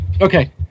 Okay